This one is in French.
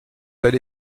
allé